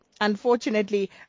Unfortunately